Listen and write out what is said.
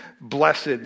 blessed